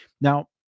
Now